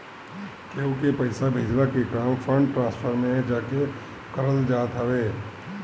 केहू के पईसा भेजला के काम फंड ट्रांसफर में जाके करल जात हवे